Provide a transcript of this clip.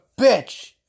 bitch